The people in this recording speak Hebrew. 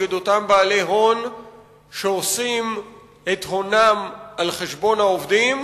הממשלה חייבת לפעול נגד אותם בעלי הון שעושים את הונם על-חשבון העובדים,